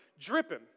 Dripping